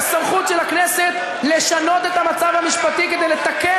לסמכות של הכנסת לשנות את המצב המשפטי כדי לתקן